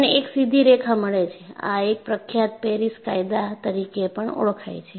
તમને એક સીધી રેખા મળે છે આ એક પ્રખ્યાત પેરિસ કાયદા તરીકે પણ ઓળખાય છે